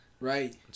right